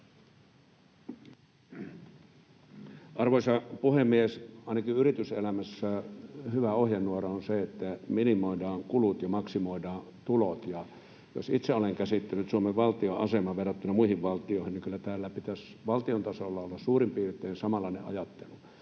Arvoisa puhemies! Ainakin yrityselämässä hyvä ohjenuora on se, että minimoidaan kulut ja maksimoidaan tulot. Ja jos itse olen käsittänyt Suomen valtion aseman verrattuna muihin valtioihin, niin kyllä täällä pitäisi valtion tasolla olla suurin piirtein samanlainen ajattelu.